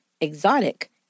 exotic